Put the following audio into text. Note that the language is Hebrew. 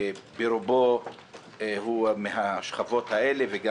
שברובו הוא מהשכבות האלה.